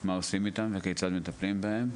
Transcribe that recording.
מה עושים איתם וכיצד הם מטפלים בהם,